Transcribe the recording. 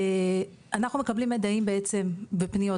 אנחנו מקבלים מיידעים בעצם ופניות,